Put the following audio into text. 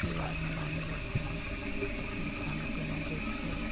त्योहार मनाने लगते हैं अपना खाना पीना जो कि है